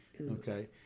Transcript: Okay